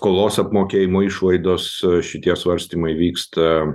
o skolos apmokėjimo išlaidos šitie svarstymai vyksta